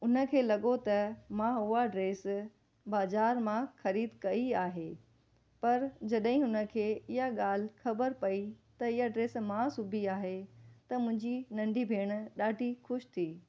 उन खे लॻो त मां उहा ड्रेस बाज़ार मां ख़रीद कई आहे पर जॾहिं हुन खे हीअ ॻाल्हि ख़बरु पई त हीअ ड्रेस मां सुबी आहे त मुंहिंजी नंढी भेण ॾाढी ख़ुशि थी